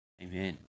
Amen